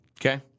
Okay